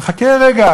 נחכה רגע,